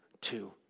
two